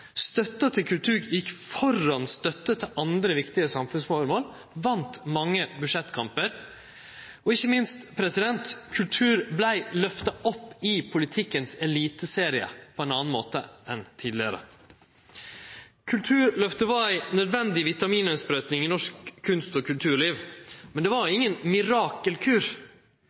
til kultur gjekk føre støtte til andre viktige samfunnsføremål, den vant mange budsjettkampar. Og ikkje minst: Kultur vart løfta opp i politikkens eliteserie på ein annan måte enn tidlegare. Kulturløftet var ei nødvendig vitamininnsprøyting i norsk kunst- og kulturliv. Det var ingen mirakelkur.